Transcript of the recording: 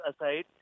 aside